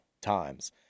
times